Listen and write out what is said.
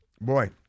Boy